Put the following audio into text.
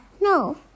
No